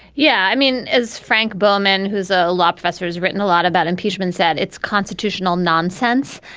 yeah. i mean, as frank bullman, who's a law professor who's written a lot about impeachment, said, it's constitutional nonsense.